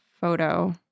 photo